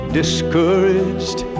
discouraged